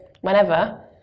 whenever